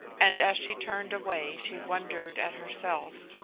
and as she turned away she wondered at herself,